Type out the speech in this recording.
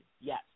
yes